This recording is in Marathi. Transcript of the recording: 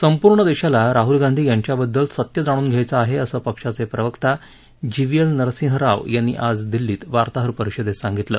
संपूर्ण देशाला राहूल गांधी यांच्याबद्दल सत्य जाणून घ्यायचं आहे असं पक्षाचे प्रवक्ता G V L Narasimha Rao यांनी आज दिल्लीत वार्ताहर परिषदेत सांगितलं